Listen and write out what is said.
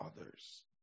others